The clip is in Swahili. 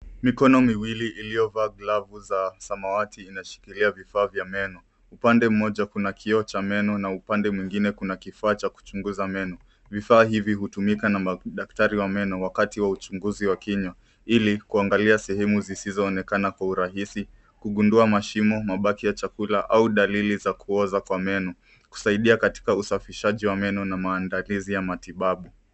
Mikono miwili iliyovaa glavu za rangi ya samawati inashikilia vifaa vya meno. Upande mmoja kuna kioo cha meno na upande mwingine kuna kifaa cha kuchunguza meno. Vifaa hivi hutumika na madaktari wa meno wakati wa uchunguzi wa kinywa ili kuangalia sehemu zisizoonekana kwa urahisi kugundua mashimo, mabaki ya chakula au dalili za kuoza kwa meno, kusaidia katika usafishaji wa meno na maandalizi ya matibabu.